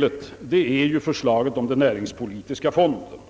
naturligtvis förslaget om den näringspolitiska fonden.